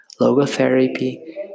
Logotherapy